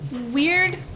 weird